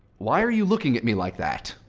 why are you looking at me like that?